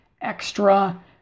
extra